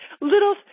Little